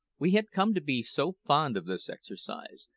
we had come to be so fond of this exercise,